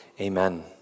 amen